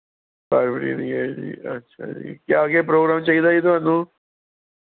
ਫਰਵਰੀ ਦੀ ਹੈ ਜੀ ਅੱਛਾ ਜੀ ਕਿਆ ਕਿਆ ਪ੍ਰੋਗਰਾਮ ਚਾਹੀਦਾ ਜੀ ਤੁਹਾਨੂੰ